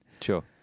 sure